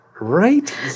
right